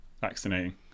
vaccinating